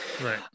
right